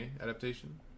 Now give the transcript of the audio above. adaptation